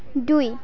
দুই